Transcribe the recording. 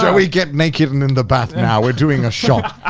i get naked and in the bath now. we're doing a shot.